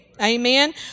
Amen